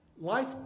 Life